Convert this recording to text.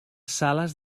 sales